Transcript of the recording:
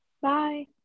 Bye